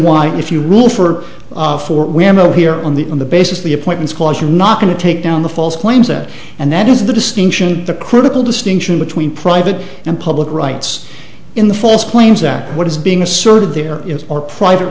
why if you rule for four women here on the on the basis of the appointments calls you not going to take down the false claims that and that is the distinction the critical distinction between private and public rights in the false claims act what is being asserted there is or private